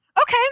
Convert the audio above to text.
Okay